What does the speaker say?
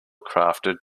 crafted